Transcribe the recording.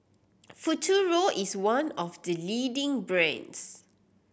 Futuro is one of the leading brands